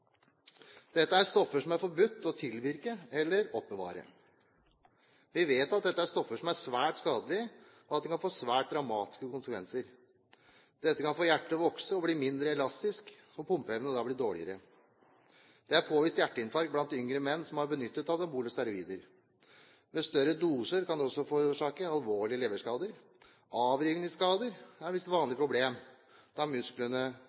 Dette er stoffer som det er forbudt å tilvirke eller oppbevare. Vi vet at dette er stoffer som er svært skadelige, og at bruk kan få svært dramatiske konsekvenser. Det kan få hjertet til å vokse og bli mindre elastisk, og pumpeevnen blir da dårligere. Det er påvist hjerteinfarkt blant yngre menn som har benyttet anabole steroider. Ved større doser kan det også forårsake alvorlige leverskader. Avrivningsskader er visst et vanlig problem, da musklene